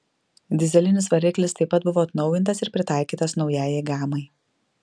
dyzelinis variklis taip pat buvo atnaujintas ir pritaikytas naujajai gamai